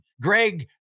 Greg